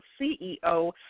CEO